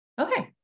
Okay